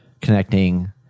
connecting